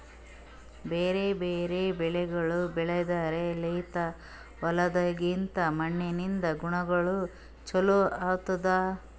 ಬ್ಯಾರೆ ಬ್ಯಾರೆ ಬೆಳಿಗೊಳ್ ಬೆಳೆದ್ರ ಲಿಂತ್ ಹೊಲ್ದಾಗಿಂದ್ ಮಣ್ಣಿನಿಂದ ಗುಣಗೊಳ್ ಚೊಲೋ ಆತ್ತುದ್